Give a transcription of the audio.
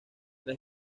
las